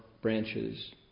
branches